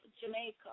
Jamaica